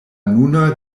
nuna